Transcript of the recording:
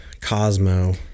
Cosmo